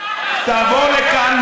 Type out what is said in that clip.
תבוא לכאן,